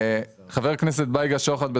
חבר הכנסת בייגה שוחט אמר,